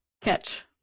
Catch